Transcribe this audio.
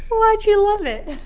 why'd you love it?